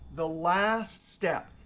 the last step,